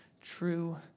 true